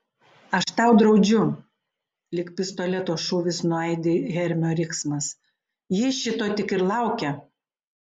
aš tau draudžiu lyg pistoleto šūvis nuaidi hermio riksmas ji šito tik ir laukia